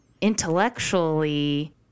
intellectually